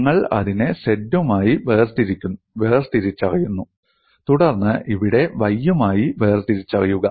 നിങ്ങൾ അതിനെ z യുമായി വേർതിരിച്ചറിയുന്നു തുടർന്ന് ഇവിടെ y യുമായി വേർതിരിച്ചറിയുക